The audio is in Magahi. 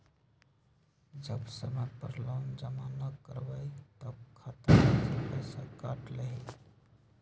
जब समय पर लोन जमा न करवई तब खाता में से पईसा काट लेहई?